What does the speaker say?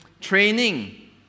training